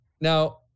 Now